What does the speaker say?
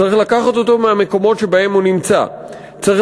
צריך לקחת אותו מהמקומות שבהם הוא נמצא: צריך